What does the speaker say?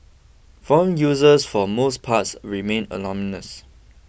forum users for most parts remain anonymous